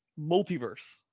Multiverse